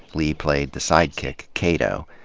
lee played the sidekick, kato.